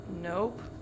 Nope